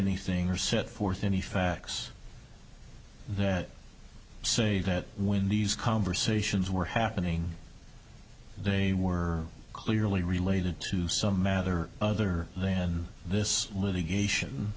the thing or set forth any facts that say that when these conversations were happening they were clearly related to some mather other than this litigation